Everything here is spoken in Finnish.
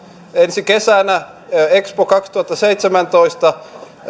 ensi kesänä expo kaksituhattaseitsemäntoista